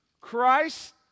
Christ